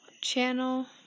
channel